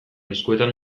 eskuetan